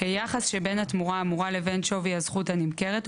כיחס שבין התמורה האמורה לבין שווי הזכות הנמכרת,